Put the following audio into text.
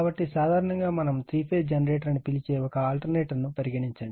కాబట్టి సాధారణంగా మనము 3 ఫేజ్ జనరేటర్ అని పిలిచే ఒక ఆల్టర్నేటర్ ను పరిగణించండి